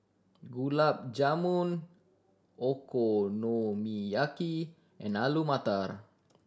Gulab Jamun Okonomiyaki and Alu Matar